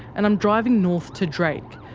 and i'm driving north to drake,